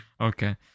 Okay